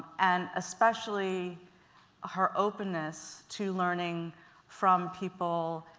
and especially her openness to learning from people,